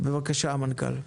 בבקשה המנכ"ל.